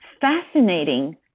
fascinating